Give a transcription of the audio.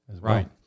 Right